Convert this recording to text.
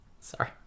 sorry